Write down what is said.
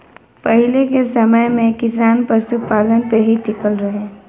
पहिले के समय में किसान पशुपालन पे ही टिकल रहे